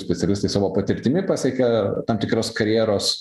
specialistai savo patirtimi pasiekia tam tikras karjeros